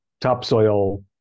topsoil